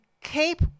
keep